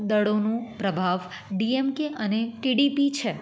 દળોનું પ્રભાવ ડીએમકે અને કેડીપી છે